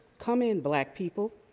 come in, black people.